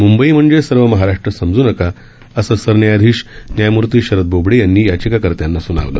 मुंबई म्हणजे सर्व महाराष्ट्र समजू नका असं सरन्यायाधीश न्यायमूर्ती शरद बोबडे यांनी याचिकाकर्त्यांना सुनावलं